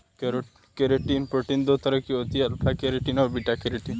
keratin protein दो तरह की होती है अल्फ़ा केरेटिन और बीटा केरेटिन